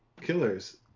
Killers